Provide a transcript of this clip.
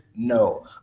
No